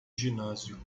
ginásio